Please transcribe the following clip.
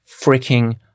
freaking